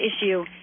issue